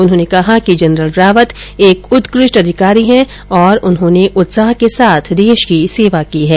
उन्होंने कहा कि जनरल रावत एक उत्कृष्ट अधिकारी है और उन्होंने उत्साह के साथ देश की सेवा की है